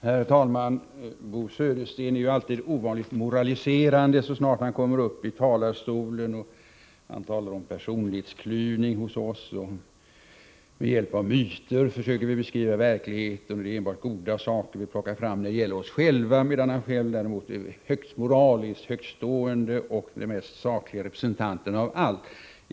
Herr talman! Bo Södersten är ju alltid ovanligt moraliserande så snart han kommer upp i talarstolen. Han talar om personlighetsklyvning hos oss. Med hjälp av myter försöker vi beskriva verkligheten, och det är enbart goda saker vi plockar fram när det gäller oss själva, medan han själv däremot är moraliskt högtstående och den mest sakliga representanten av alla.